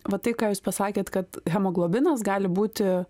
va tai ką jūs pasakėt kad hemoglobinas gali būti